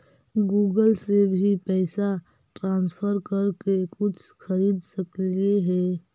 Google से भी पैसा ट्रांसफर कर के कुछ खरिद सकलिऐ हे?